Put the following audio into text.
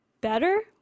better